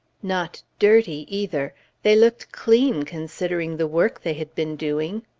not dirty either they looked clean, considering the work they had been doing.